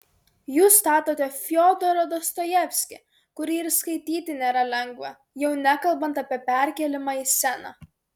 jūs statote fiodorą dostojevskį kurį ir skaityti nėra lengva jau nekalbant apie perkėlimą į sceną